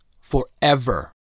Forever